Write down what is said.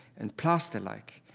and plaster like.